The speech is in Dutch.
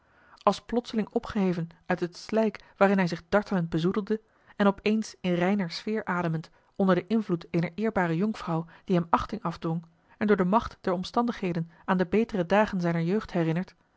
als plotseling opgeheven uit het slijk waarin hij zich dartelend bezoedelde en op eens in reiner sfeer ademend onder den invloed eener eerbare jonkvrouw die hem achting afdwong en door de macht der omstandigheden aan de betere dagen zijner jeugd herinnerd